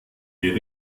wir